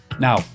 Now